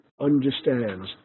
understands